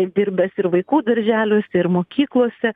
dirbęs ir vaikų darželiuose ir mokyklose